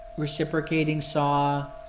reciprocating saw,